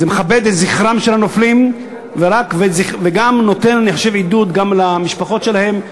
זה מכבד את זכרם של הנופלים וגם נותן עידוד למשפחות שלהם,